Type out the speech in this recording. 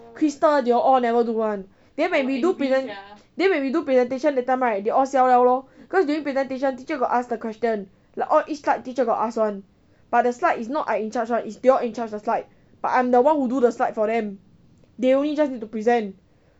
crystal they all all never do [one] then when we do present~ then when we do presentation that time right they all siao liao lor cause during presentation teacher got ask the question like each slide teacher got ask [one] but the slide is not I in charge [one] is they all in charge the slide but I'm the one who do the slide for them they only just need to present